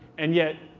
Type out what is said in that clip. and yet,